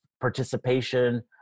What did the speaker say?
participation